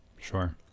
Sure